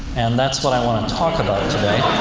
and that's what i want to talk about today.